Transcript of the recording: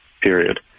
period